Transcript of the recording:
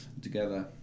together